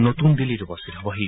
নতুন দিল্লীত উপস্থিত হ'বহি